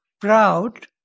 proud